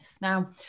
Now